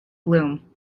bloom